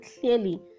clearly